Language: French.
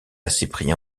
cyprien